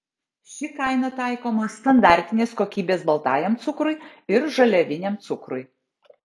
ši kaina taikoma standartinės kokybės baltajam cukrui ir žaliaviniam cukrui